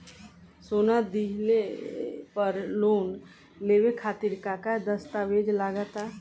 सोना दिहले पर लोन लेवे खातिर का का दस्तावेज लागा ता?